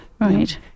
Right